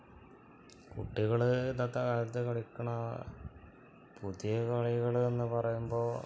കുട്ടികള് ഇന്നത്തെ കാലത്ത് കളിക്കുന്ന പുതിയ കളികള് എന്ന് പറയുമ്പോള്